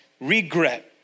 regret